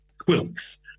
quilts